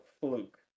fluke